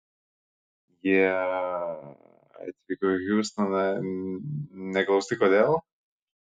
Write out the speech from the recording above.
jie atvyko į hjustoną ne klausti kodėl